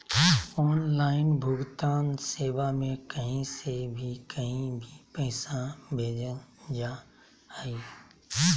online भुगतान सेवा में कही से भी कही भी पैसा भेजल जा हइ